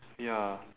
ya